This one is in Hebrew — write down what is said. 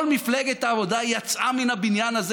כל מפלגת העבודה יצאה מן הבניין הזה